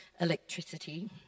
electricity